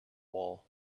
wall